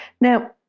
Now